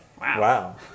Wow